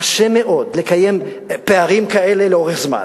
קשה מאוד לקיים פערים כאלה לאורך זמן.